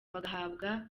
bagahabwa